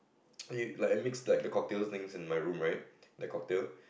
he like I mixed like cocktails things in my room right the cocktail